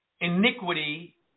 iniquity